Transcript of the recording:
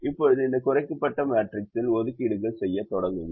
இப்போது இந்த குறைக்கப்பட்ட மேட்ரிக்ஸில் ஒதுக்கீடுகள் செய்யத் தொடங்குங்கள்